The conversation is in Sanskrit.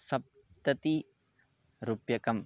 सप्ततिः रूप्यकाणि